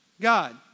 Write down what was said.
God